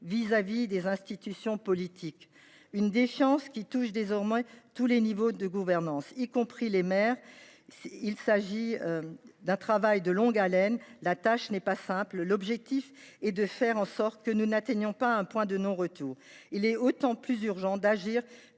vis à vis des institutions politiques. Cette défiance touche désormais tous les niveaux de gouvernance, y compris les maires. Il s’agit d’un travail de longue haleine. La tâche n’est pas simple. Fixons nous comme objectif de ne pas atteindre un point de non retour. Il est d’autant plus urgent d’agir